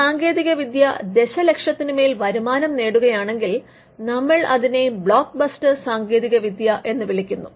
ഒരു സാങ്കേതികവിദ്യ ദശലക്ഷത്തിനുമേൽ വരുമാനം നേടുകയാണെങ്കിൽ നമ്മൾ അതിനെ ബ്ലോക്കബ്സ്റ്റർ സാങ്കേതികവിദ്യ എന്ന് വിളിക്കുന്നു